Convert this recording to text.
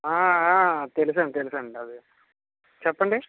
తెలుసండి తెలుసండి అదే చెప్పండి